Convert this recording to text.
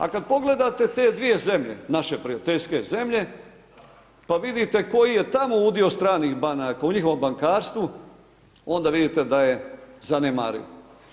A kada pogledate te dvije zemlje naše prijateljske zemlje, pa vidite koji je tamo udio stranih banaka u njihovom bankarstvu onda vidite da je zanemariv.